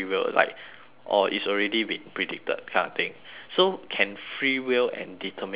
oh it's already been predicted kind of thing so can free will and determinism